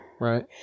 right